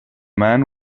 man